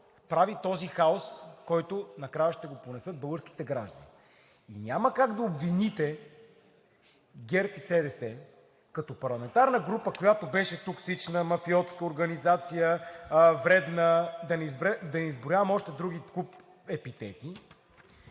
прави този хаос, който накрая ще го понесат българските граждани. И няма как да обвините ГЕРБ и СДС като парламентарна група, която беше токсична, мафиотска организация, вредна – да не изброявам още друг куп епитети,